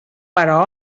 però